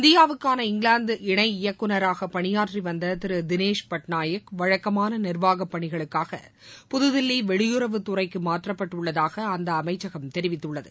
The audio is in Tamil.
இந்தியாவுக்கான இங்கிலாந்து இணை இயக்குநராக பணியாற்றி வந்த திரு திளேஷ் பட்நாயக் வழக்கமான நிர்வாக பணிகளுக்காக புதுதில்வி வெளியறவுத் துறைக்கு மாற்றப்பட்டுள்ளதாக அந்த அமைச்சகம் தெரிவித்துள்ளது